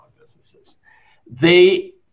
businesses—they